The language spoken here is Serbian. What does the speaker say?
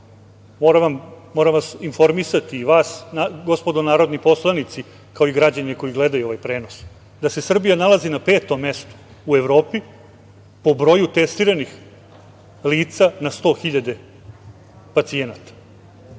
Moram vas informisati gospodo narodni poslanici, kao i građane koji gledaju ovaj prenos, da se Srbija nalazi na petom mestu u Evropi po broju testiranih lica na 100.000 pacijenata.